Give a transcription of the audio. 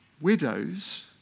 Widows